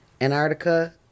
Antarctica